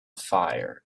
fire